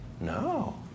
No